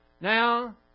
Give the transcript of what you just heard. now